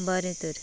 आं बरें तर